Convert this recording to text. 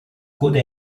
coda